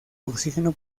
oxígeno